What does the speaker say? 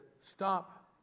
stop